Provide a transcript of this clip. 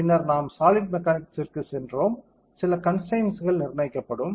பின்னர் நாம் சாலிட் மெக்கானிக்ஸ்க்குச் சென்றோம் சில கன்ஸ்டரைன்ஸ்கள் நிர்ணயிக்கப்படும்